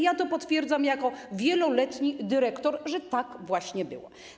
Ja to potwierdzam jako wieloletni dyrektor: tak właśnie było.